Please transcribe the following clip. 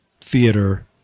theater